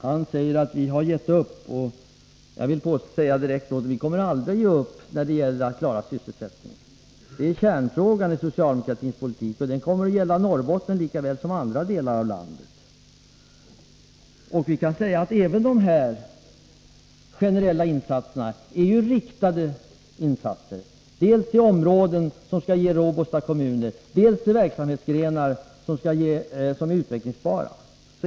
Han säger att vi har gett upp. Jag vill säga direkt: Vi kommer aldrig att ge upp när det gäller att klara sysselsättningen! Det är kärnfrågan i socialdemokraternas politik, och det kommer att gälla Norrbotten lika väl som andra delar av landet. Även de här generella insatserna kan sägas vara riktade insatser — riktade dels till områden som skall ge robusta kommuner, dels till utvecklingsbara verksamhetsgrenar.